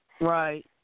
Right